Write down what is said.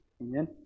Amen